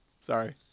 Sorry